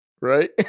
Right